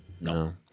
no